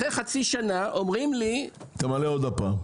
אחרי חצי שנה אומרים לי --- תמלא עוד הפעם.